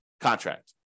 contract